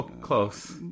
Close